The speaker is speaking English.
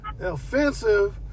offensive